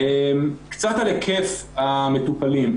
מעט על היקף המטופלים,